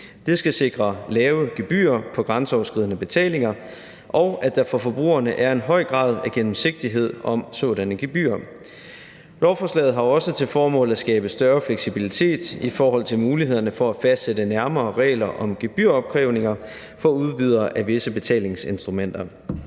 Det skal sikre lave gebyrer på grænseoverskridende betalinger og sikre, at der for forbrugerne er en høj grad af gennemsigtighed om sådanne gebyrer. Lovforslaget har også til formål at skabe større fleksibilitet i forhold til mulighederne for at fastsætte nærmere regler om gebyropkrævninger for udbydere af visse betalingsinstrumenter.